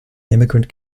immigrant